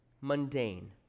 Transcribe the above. mundane